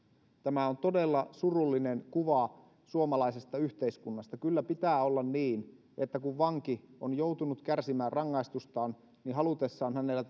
tämä on todella surullinen kuva suomalaisesta yhteiskunnasta kyllä pitää olla niin että kun vanki on joutunut kärsimään rangaistustaan niin halutessaan hänellä